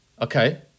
Okay